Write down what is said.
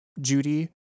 Judy